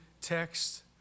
text